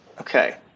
Okay